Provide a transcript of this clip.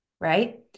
right